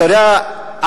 אתה יודע,